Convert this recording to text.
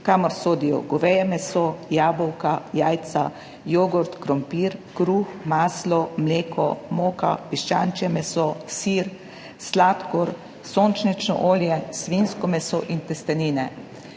kamor sodijo goveje meso, jabolka, jajca, jogurt, krompir, kruh, maslo, mleko, moka, piščančje meso, sir, sladkor, sončnično olje, svinjsko meso in testenine.